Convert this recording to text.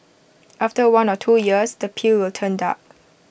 after one or two years the peel will turn dark